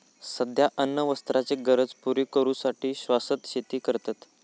सध्या अन्न वस्त्राचे गरज पुरी करू साठी शाश्वत शेती करतत